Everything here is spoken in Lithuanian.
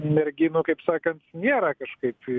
merginų kaip sakant nėra kažkaip